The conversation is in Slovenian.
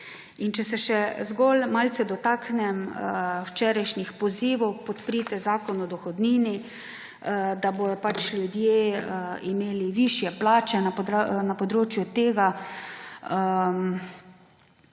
Če se še malce dotaknem včerajšnjih pozivov, češ, podprite zakon o dohodnini, da bodo ljudje imeli višje plače. Ja, srednji sloj